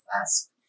fast